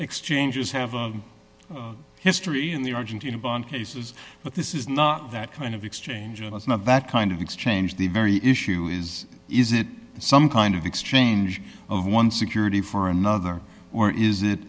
exchanges have a history in the argentina bond cases but this is not that kind of exchange and it's not that kind of exchange the very issue is is it some kind of exchange of one security for another or is it